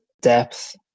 depth